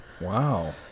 wow